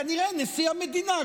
כנראה נשיא המדינה,